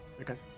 Okay